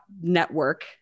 network